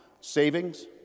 savings